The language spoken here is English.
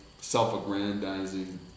self-aggrandizing